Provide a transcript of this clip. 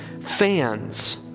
fans